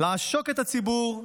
לעשוק את הציבור,